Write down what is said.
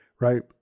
right